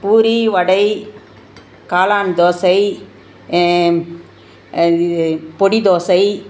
பூரி வடை காளான் தோசை இது பொடி தோசை